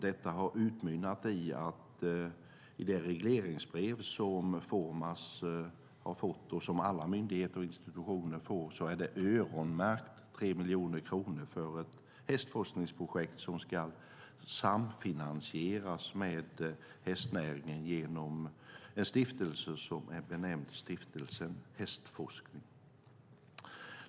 Detta har utmynnat i att i det regleringsbrev som Formas har fått, och som alla myndigheter och institutioner får, är 3 miljoner kronor öronmärkta för ett hästforskningsprojekt som ska samfinansieras med hästnäringen genom en stiftelse som är benämnd Stiftelsen Hästforskning.